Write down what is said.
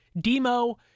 Demo